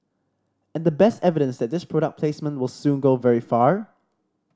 and the best evidence that this product placement will soon go very far